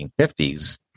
1950s